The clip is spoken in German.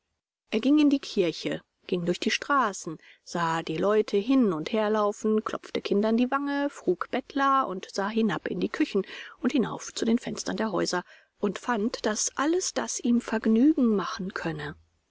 er ging in die kirche ging durch die straßen sah die leute hin und her laufen klopfte kindern die wange frug bettler und sah hinab in die küchen und hinauf zu den fenstern der häuser und fand daß alles das ihm vergnügen machen könne